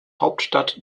hauptstadt